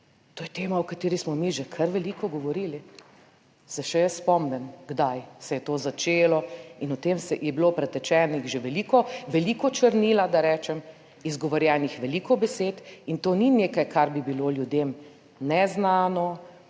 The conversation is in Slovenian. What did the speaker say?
To je tema, o kateri smo mi že kar veliko govorili. Se še jaz spomnim kdaj se je to začelo in o tem je bilo pretečeno že veliko, veliko črnila, da rečem, izgovorjenih veliko besed in to ni nekaj kar bi bilo ljudem neznano,